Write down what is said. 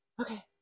okay